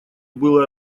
было